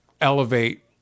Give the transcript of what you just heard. elevate